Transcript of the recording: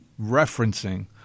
referencing